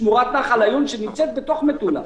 יש לי את שמורת נחל עיון שנמצאת בתוך מטולה.